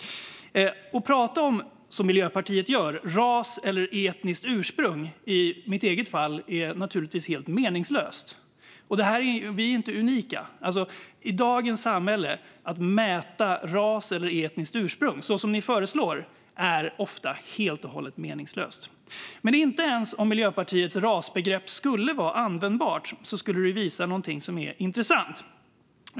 Att som Miljöpartiet tala om ras eller etniskt ursprung blir i mitt fall helt meningslöst, och vi är inte unika. Att i dagens samhälle mäta ras eller etniskt ursprung, så som ni föreslår, är ofta helt meningslöst. Inte ens om Miljöpartiets rasbegrepp vore användbart skulle det visa något som är intressant.